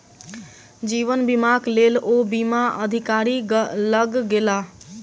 जीवन बीमाक लेल ओ बीमा अधिकारी लग गेला